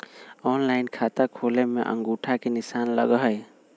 Online खाता खोले में अंगूठा के निशान लगहई?